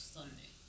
Sunday